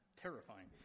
terrifying